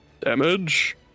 Damage